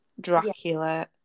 Dracula